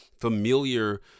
familiar